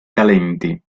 talenti